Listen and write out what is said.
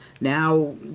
now